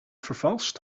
vervalst